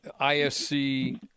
ISC